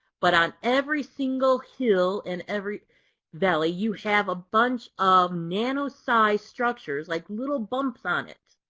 but on every single hill and every valley, you have a bunch of nanosized structures, like little bumps on it.